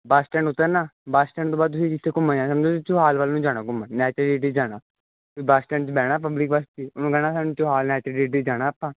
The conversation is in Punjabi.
ਬੱਸ ਸਟੈਂਡ ਉਤਰਨਾ ਨਾ ਬੱਸ ਸਟੈਂਡ ਤੋਂ ਬਾਅਦ ਤੁਸੀਂ ਜਿੱਥੇ ਘੁੰਮਿਆ ਜਾਂਦਾ ਚੌਹਾਲ ਵੱਲ ਨੂੰ ਜਾਣਾ ਜਾਣਾ ਬਸ ਸਟੈਂਡ 'ਚ ਬਹਿਣਾ ਪਬਲਿਕ ਬਸ ਕਹਿਣਾ ਸਾਨੂੰ ਚੋਹਾਲ ਲੈ ਚਲੀ ਜਾਣਾ ਆਪਾਂ ਹੁਣ ਸਾਨੂੰ ਲੈ ਜਾਣਾ ਤੁਹਾਨੂੰ ਲੈ ਜਾਣਾ